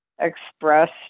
expressed